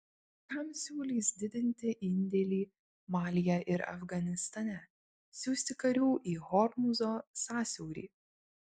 kam siūlys didinti indėlį malyje ir afganistane siųsti karių į hormūzo sąsiaurį